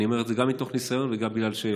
אני אומר את זה גם מתוך ניסיון וגם בגלל שאפשר.